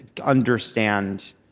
understand